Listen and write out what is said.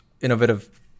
innovative